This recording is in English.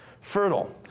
fertile